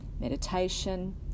meditation